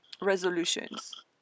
resolutions